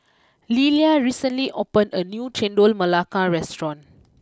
Lelia recently opened a new Chendol Melaka restaurant